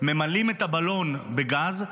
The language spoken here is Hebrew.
ממלאים את הבלון בגז,